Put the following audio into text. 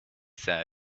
said